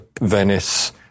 Venice